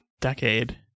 Decade